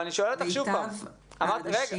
אני שואל אותך שוב פעם --- מיטב האנשים,